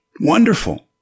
Wonderful